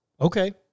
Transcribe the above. okay